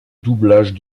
doublage